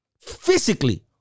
physically